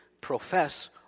profess